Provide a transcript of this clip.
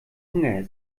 hunger